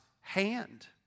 hand